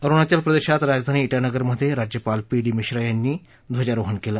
अरुणाचल प्रदेशात राजधानी त्रिनगरमध्ये राज्यपाल पी डी मिश्रा यांनी ध्वजारोहण केलं